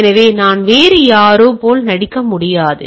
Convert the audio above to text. எனவே நான் வேறு யாரோ போல் நடிக்க முடியாது